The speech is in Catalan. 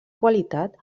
qualitat